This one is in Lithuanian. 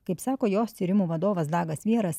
kaip sako jos tyrimų vadovas dagas vieras